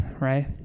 right